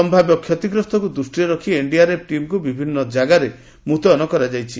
ସମ୍ଭାବ୍ୟ କ୍ଷତିଗ୍ରସ୍ତକୁ ଦୃଷ୍ଟିରେ ରଖି ଏନ୍ଡିଆରଏଫ୍ ଟିମ୍କୁ ବିଭିନ୍ନ ଜାଗାରେ ମୁତ୍ୟନ କରାଯାଇଛି